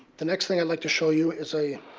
the next thing i'd like to show you is a